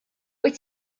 wyt